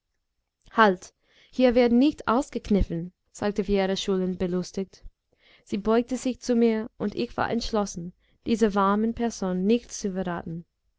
halt hier wird nicht ausgekniffen sagte wjera schulin belustigt sie beugte sich zu mir und ich war entschlossen dieser warmen person nichts zu verraten